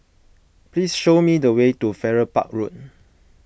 please show me the way to Farrer Park Road